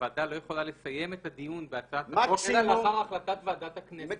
הוועדה לא יכולה לסיים את הדיון בהצעת החוק אלא לאחר החלטת ועדת הכנסת.